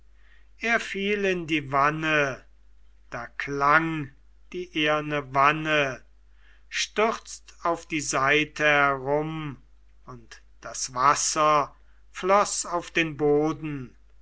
er fiel in die wanne da klang die eherne wanne stürzt auf die seite herum und das wasser floß auf den boden